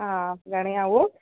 हा घणे आहे उहो